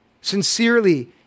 sincerely